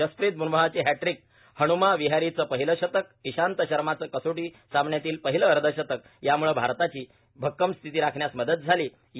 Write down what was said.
जसप्रित ब्मराहची हॅट्रिक हब्मा विहाराची पहीलं शतक इसान शर्माचं कसोटी सामन्यातील पहिलं अर्धशतक यामुळं भारताची भक्कम स्थिती राखण्यास मदत झाली आहे